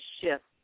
shift